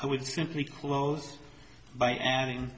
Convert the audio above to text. i would simply close by adding